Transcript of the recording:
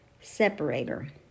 separator